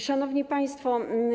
Szanowni Państwo!